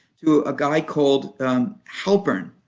to a guy called halpern.